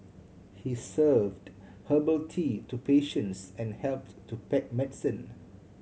he served herbal tea to patients and helped to pack medicine